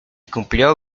cumplió